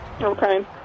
Okay